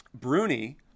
Bruni